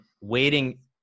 waiting